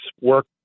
work